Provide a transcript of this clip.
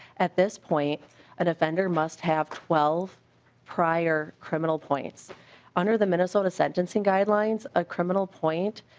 at this point and offender must have twelve prior criminal points under the minnesota sentencing guidelines a criminal point